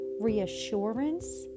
reassurance